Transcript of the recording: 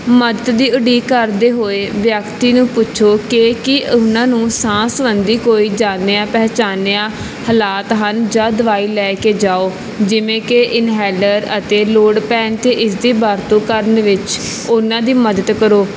ਮਦਦ ਦੀ ਉਡੀਕ ਕਰਦੇ ਹੋਏ ਵਿਅਕਤੀ ਨੂੰ ਪੁੱਛੋ ਕਿ ਕੀ ਉਹਨਾਂ ਨੂੰ ਸਾਹ ਸੰਬੰਧੀ ਕੋਈ ਜਾਣਿਆ ਪਹਿਚਾਣਿਆ ਹਾਲਾਤ ਹਨ ਜਾਂ ਦਵਾਈ ਲੈ ਕੇ ਜਾਓ ਜਿਵੇਂ ਕਿ ਇਨਹੈਲਰ ਅਤੇ ਲੋੜ ਪੈਣ 'ਤੇ ਇਸਦੀ ਵਰਤੋਂ ਕਰਨ ਵਿੱਚ ਉਹਨਾਂ ਦੀ ਮਦਦ ਕਰੋ